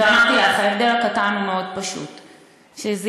ככה אנחנו לא יכולים לשמוע כלום.